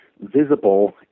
visible